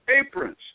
aprons